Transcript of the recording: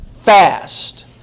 fast